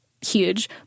huge